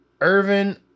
Irvin